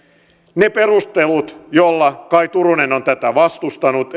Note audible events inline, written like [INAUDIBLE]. ne perustelut joilla edustaja turunen on tätä vastustanut [UNINTELLIGIBLE]